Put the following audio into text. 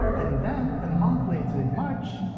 and then, a month later in march,